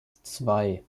zwei